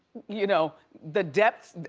you know, the depth,